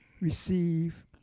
receive